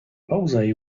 bose